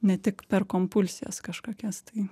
ne tik per kompulsijas kažkokias tai